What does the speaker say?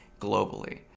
globally